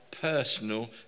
personal